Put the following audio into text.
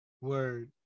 Word